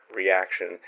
reaction